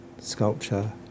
sculpture